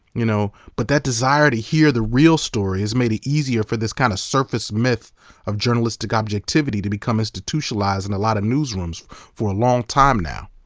you know but that desire to hear the real story has made it easier for this kind of surface myth of journalistic objectivity to become institutionalized in a lot of newsrooms for a long time now.